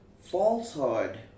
falsehood